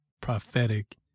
prophetic